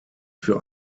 für